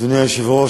אדוני היושב-ראש,